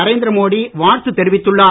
நரேந்திர மோடி வாழ்த்து தெரிவித்துள்ளார்